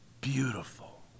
beautiful